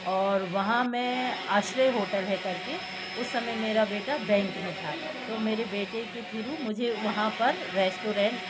और वहाँ मैं आश्रय होटल है करके उस समय मेरा बेटा बैंक में था तो मेरे बेटे के थुरु मुझे वहाँ पर रेस्टोरेंट